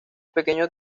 pequeño